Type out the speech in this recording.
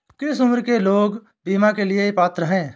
किस उम्र के लोग बीमा के लिए पात्र हैं?